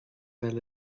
bheith